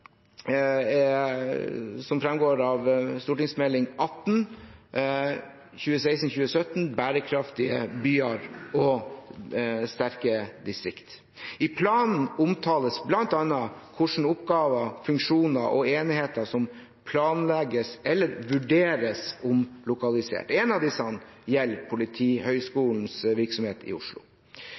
fremgår av Meld. St. 18 for 2016-2017 Berekraftige byar og sterke distrikt. I planen omtales bl.a. hva slags oppgaver, funksjoner og enheter som planlegges eller vurderes omlokalisert. En av disse gjelder Politihøgskolens virksomhet i Oslo.